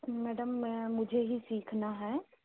madam मैं मुझे ही सीखना है